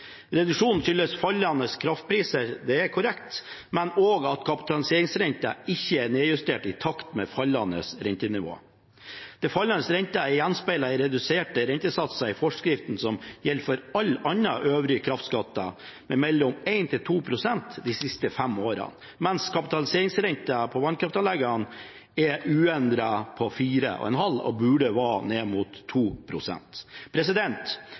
Reduksjonen skyldes fallende kraftpriser – det er korrekt – men også at kapitaliseringsrenten ikke er nedjustert i takt med fallende rentenivå. Den fallende renten er gjenspeilet i reduserte rentesatser i forskriftene som gjelder for alle øvrige kraftskatter, med mellom 1 og 2 pst. de siste fem årene, mens kapitaliseringsrenten på vannkraftanleggene er uendret på 4,5 pst., og burde vært ned mot